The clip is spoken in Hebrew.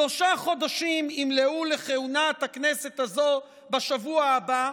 שלושה חודשים ימלאו לכהונת הכנסת הזו בשבוע הבא,